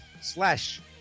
slash